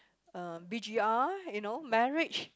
um B G R you know marriage